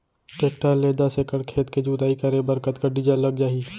Tractor ले दस एकड़ खेत के जुताई करे बर कतका डीजल लग जाही?